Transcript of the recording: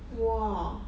!wah!